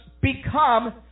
become